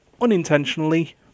unintentionally